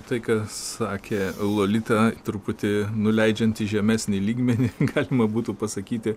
tai ką sakė lolita truputį nuleidžiant į žemesnį lygmenį galima būtų pasakyti